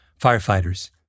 firefighters